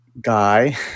guy